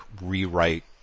rewrite